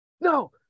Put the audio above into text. no